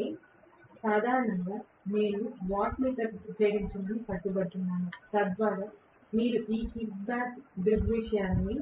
కాబట్టి సాధారణంగా నేను వాట్మీటర్ ఉపయోగించమని పట్టుబడుతున్నాను తద్వారా మీరు ఈ కిక్బ్యాక్ దృగ్విషయాన్ని